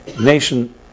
nation